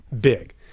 big